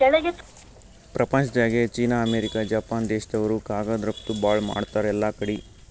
ಪ್ರಪಂಚ್ದಾಗೆ China, America, Japan ದೇಶ್ದವ್ರು ಕಾಗದ್ ರಫ್ತು ಭಾಳ್ ಮಾಡ್ತಾರ್ ಎಲ್ಲಾಕಡಿ